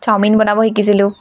chowmein বনাব শিকিছিলো